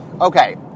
Okay